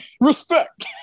Respect